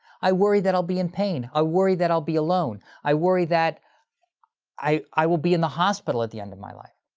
i worry that i'll be in pain, i worry that i'll be alone, i worry that i i will be in the hospital at the end of my life.